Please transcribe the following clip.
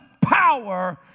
power